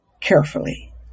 carefully